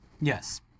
Yes